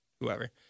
whoever